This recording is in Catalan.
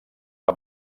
que